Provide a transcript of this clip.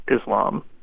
Islam